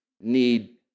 need